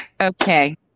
Okay